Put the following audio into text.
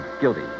guilty